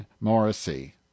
Morrissey